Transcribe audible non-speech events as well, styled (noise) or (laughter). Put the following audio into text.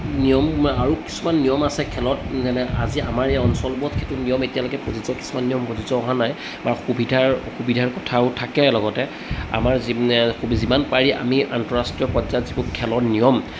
নিয়ম আৰু কিছুমান নিয়ম আছে খেলত যেনে আজি আমাৰ এই অঞ্চলবোৰত সেইটো নিয়ম এতিয়ালৈকে প্ৰযোজ্য কিছুমান নিয়ম প্ৰযোজ্য নাই বা সুবিধাৰ অসুবিধাৰ কথাও থাকে লগতে আমাৰ (unintelligible) যিমান পাৰি আমি আন্তঃৰাষ্ট্ৰীয় পৰ্য্য়ায়ত যিবোৰ খেলৰ নিয়ম